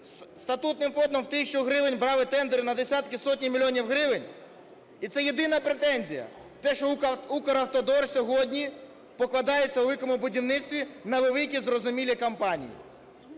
статутним фондом в тисячу гривень брали тендер на десятки, сотні мільйонів гривень? І це єдина претензія - те, що Укравтодор сьогодні покладається у великому будівництві на великі, зрозумілі компанії.